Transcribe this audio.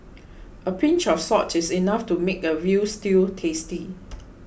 a pinch of salt is enough to make a Veal Stew tasty